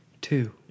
Two